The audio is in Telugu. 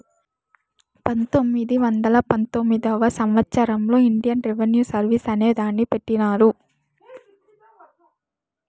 పంతొమ్మిది వందల పంతొమ్మిదివ సంవచ్చరంలో ఇండియన్ రెవిన్యూ సర్వీస్ అనే దాన్ని పెట్టినారు